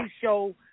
Show